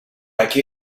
aquí